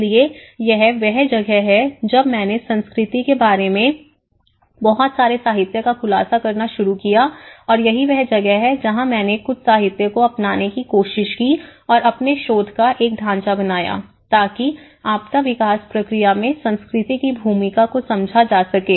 इसलिए यह वह जगह है जब मैंने संस्कृति के बारे में बहुत सारे साहित्य का खुलासा करना शुरू किया और यही वह जगह है जहाँ मैंने कुछ साहित्य को अपनाने की कोशिश की और अपने शोध का एक ढांचा बनाया ताकि आपदा विकास प्रक्रिया में संस्कृति की भूमिका को समझा जा सके